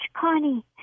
Connie